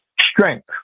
strength